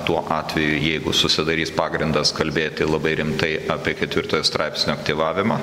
tuo atveju jeigu susidarys pagrindas kalbėti labai rimtai apie ketvirtojo straipsnio aktyvavimą